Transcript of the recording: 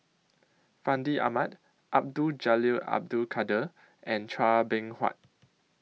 Fandi Ahmad Abdul Jalil Abdul Kadir and Chua Beng Huat